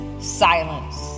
silence